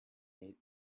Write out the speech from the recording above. need